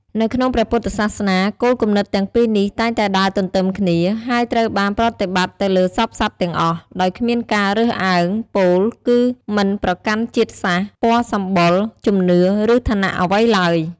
នៅក្នុងព្រះពុទ្ធសាសនា គោលគំនិតទាំងពីរនេះតែងតែដើរទន្ទឹមគ្នា ហើយត្រូវបានប្រតិបត្តិទៅលើសព្វសត្វទាំងអស់ ដោយគ្មានការរើសអើង ពោលគឺមិនប្រកាន់ជាតិសាសន៍ ពណ៌សម្បុរ ជំនឿ ឬឋានៈអ្វីឡើយ។